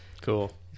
Cool